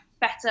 better